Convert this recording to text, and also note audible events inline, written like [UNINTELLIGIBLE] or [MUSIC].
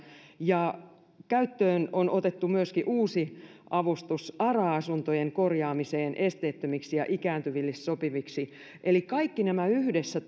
ja käyttöön on otettu myöskin uusi avustus ara asuntojen korjaamiseen esteettömiksi ja ikääntyville sopiviksi eli kaikki nämä yhdessä [UNINTELLIGIBLE]